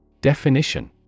Definition